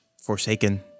forsaken